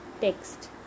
text